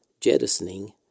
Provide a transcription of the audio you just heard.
jettisoning